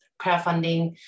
crowdfunding